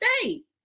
state